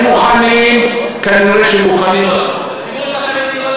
הם מוכנים, כנראה שהם מוכנים, הציבור החרדי לא,